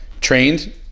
trained